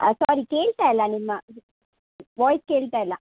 ಸೋರಿ ಕೇಳ್ತಾ ಇಲ್ಲ ನಿಮ್ಮ ವಾಯ್ಸ್ ಕೇಳ್ತಾ ಇಲ್ಲ